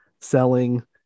selling